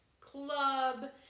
club